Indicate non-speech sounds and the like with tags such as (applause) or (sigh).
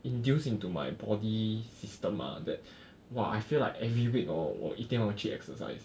induced into my body system ah that (breath) !wah! I feel like every week hor 我一定要去 exercise